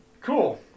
cool